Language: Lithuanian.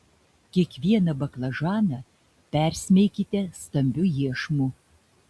kiekvieną baklažaną persmeikite stambiu iešmu